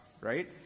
right